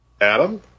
Adam